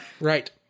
Right